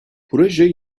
proje